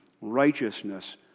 righteousness